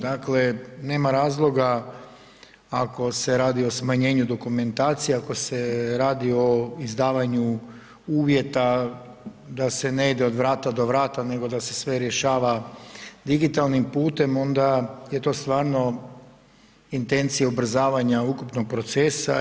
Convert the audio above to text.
Dakle, nema razloga ako se radi o smanjenju dokumentacije, ako se radi o izdavanju uvjeta da se ne ide od vrata do vrata, nego da se sve rješava digitalnim putem onda je to stvarno intencija ubrzavanja ukupnog procesa.